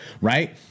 right